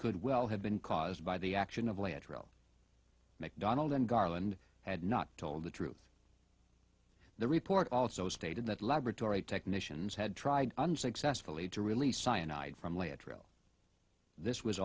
could well have been caused by the action of lateral mcdonald and garland had not told the truth the report also stated that laboratory technicians had tried unsuccessfully to release cyanide from